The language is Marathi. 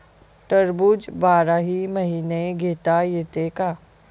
टरबूज बाराही महिने घेता येते का?